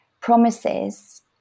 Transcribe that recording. promises